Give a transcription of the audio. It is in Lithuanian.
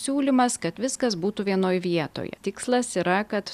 siūlymas kad viskas būtų vienoj vietoje tikslas yra kad